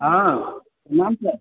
हँ प्रणाम सर